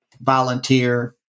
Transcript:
volunteer